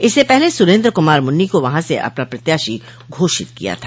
इससे पहले सुरेन्द्र कुमार मुन्नी को वहां से अपना प्रत्याशी घोषित किया था